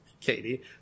Katie